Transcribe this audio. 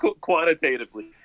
Quantitatively